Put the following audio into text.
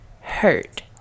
hurt